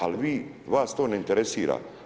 Ali vas to ne interesira.